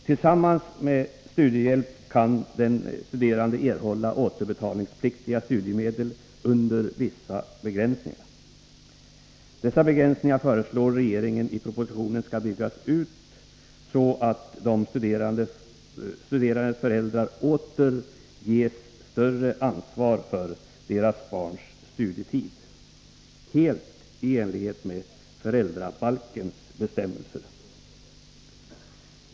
Tillsammans med studiehjälp kan den studerande erhålla återbetalningspliktiga studiemedel under vissa begränsningar. Dessa begränsningar föreslår regeringen i propositionen skall byggas ut, så att de studerandes föräldrar åter ges större ansvar för sina barns studietid, helt i enlighet med föräldrabalkens bestämmelser.